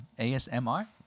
ASMR